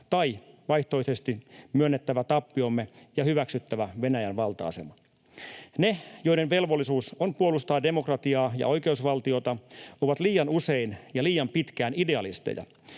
tai vaihtoehtoisesti myönnettävä tappiomme ja hyväksyttävä Venäjän valta-asema. Ne, joiden velvollisuus on puolustaa demokratiaa ja oikeusvaltiota, ovat liian usein ja liian pitkään idealisteja,